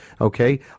Okay